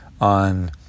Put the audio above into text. on